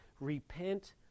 Repent